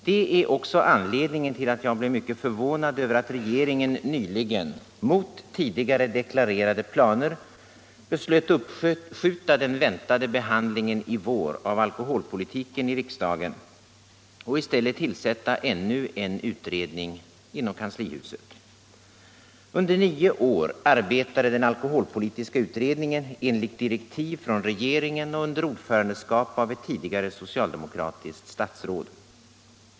Det är också anledningen till att jag blev mycket förvånad över att regeringen nyligen mot tidigare deklarerade planer beslöt uppskjuta den väntade behandlingen i vår av alkoholpolitiken i riksdagen och i stället tillsätta ännu en utredning inom kanslihuset. Under nio år arbetade den alkoholpolitiska utredningen enligt direktiv från regeringen och under ordförandeskap av ett tidigare socialdemo kratiskt statsråd.